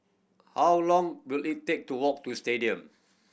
how long will it take to walk to Stadium